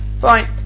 Fine